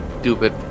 stupid